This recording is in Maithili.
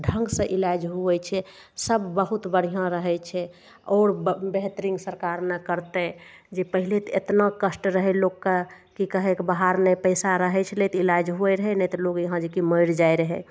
ढङ्गसँ इलाज हुवै छै सब बहुत बढ़िआँ रहय छै आोर बेहतरीन सरकार ने करतय जे पहिले तऽ एतना कष्ट रहय लोकके कि कहयके बात नहि पैसा रहय छलै तऽ इलाज हुवै रहय नहि तऽ लोग यहाँ जे कि मरि जाइ रहय